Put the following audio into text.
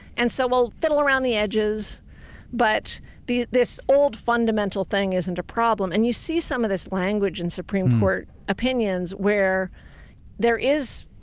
and so we'll fiddle around the edges but this old fundamental thing isn't a problem and you see some of this language in supreme court opinions where there is,